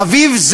שאביו,